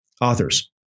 authors